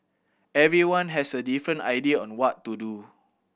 everyone has a different idea on what to do